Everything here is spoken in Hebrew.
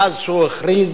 מאז שהוא הכריז